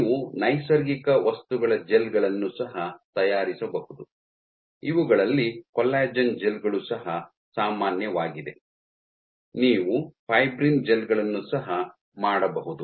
ನೀವು ನೈಸರ್ಗಿಕ ವಸ್ತುಗಳ ಜೆಲ್ಗಳನ್ನು ಸಹ ತಯಾರಿಸಬಹುದು ಇವುಗಳಲ್ಲಿ ಕೊಲ್ಲಾಜೆನ್ ಜೆಲ್ ಗಳೂ ಸಹ ಸಾಮಾನ್ಯವಾಗಿದೆ ನೀವು ಫೈಬ್ರಿನ್ ಜೆಲ್ ಗಳನ್ನು ಸಹ ಮಾಡಬಹುದು